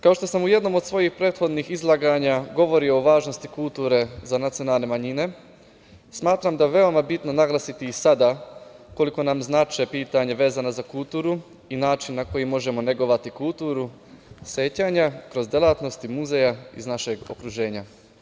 Kao što sam u jednom od svojih prethodnih izlaganja govorio o važnosti kulture za nacionalne manjine, smatram da je veoma bitno naglasiti i sada koliko nam znače pitanja vezana za kulturu i način na koji možemo negovati kulturu sećanja kroz delatnosti muzeja iz našeg okruženja.